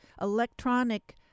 electronic